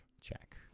check